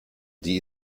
die